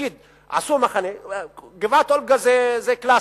נגיד שעשו מחנה, גבעת-אולגה זה קלאסי.